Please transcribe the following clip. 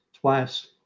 twice